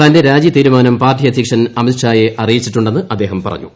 തന്റെ രാജി തീരുമാനം പാർട്ടി അധ്യക്ഷൻ അമീത് ഷായെ അറിയിച്ചിട്ടുണ്ടെന്ന് അദ്ദേഹം പറഞ്ഞു